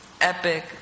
epic